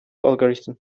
algorithm